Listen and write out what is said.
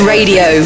Radio